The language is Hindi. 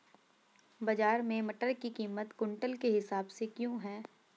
बाजार में मटर की कीमत क्विंटल के हिसाब से क्यो है?